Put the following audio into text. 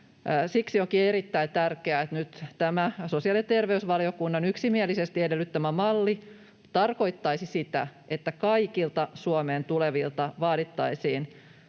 Siksi onkin erittäin tärkeää, että nyt tämä sosiaali- ja terveysvaliokunnan yksimielisesti edellyttämä malli tarkoittaisi sitä, että kaikilta Suomeen tulevilta vaadittaisiin